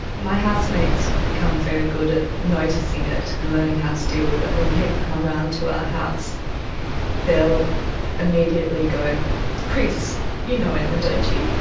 my housemates have become very good at noticing it and learning how to deal with it. when people come round to our house they'll immediately go chris you know emma don't you.